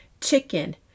chicken